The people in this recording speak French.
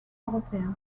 européen